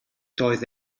doedd